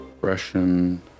Russian